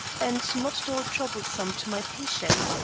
and not at all troublesome to my patients,